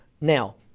Now